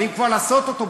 אבל אם כבר לעשות אותו,